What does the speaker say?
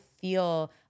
feel